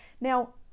now